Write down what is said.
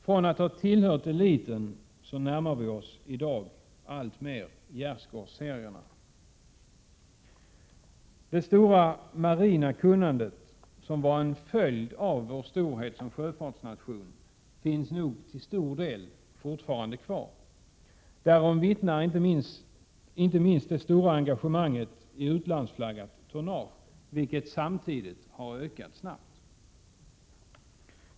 Tidigare tillhörde vi eliten, men nu närmar vi oss alltmer gärdsgårdsserierna. Det stora marina kunnandet, som var ett resultat av vår storhet som sjöfartsnation, finns nog till stor del fortfarande kvar. Därom vittnar inte minst det stora engagemanget i utlandsflaggat tonnage, vilket samtidigt har ökat snabbt.